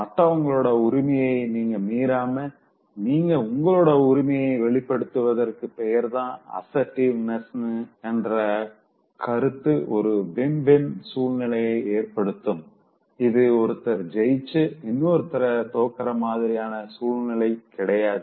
மத்தவங்களோட உரிமையநீங்க மீராம நீங்க உங்களோட உரிமைய வெளிப்படுத்துவதற்கு பெயர்தா அசர்ட்டிவ்னஸ்னு என்ற கருத்து ஒரு win win சூழ்நிலையை ஏற்படுத்தும்இது ஒருத்தர் ஜெயிச்சு இன்னொருத்தர் தோக்குற மாதிரியான சூழ்நிலை கிடையாது